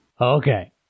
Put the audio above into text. Okay